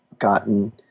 gotten